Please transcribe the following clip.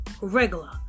regular